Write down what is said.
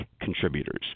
contributors